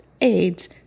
AIDS